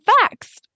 facts